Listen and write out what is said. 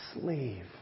slave